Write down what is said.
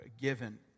given